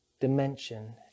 dimension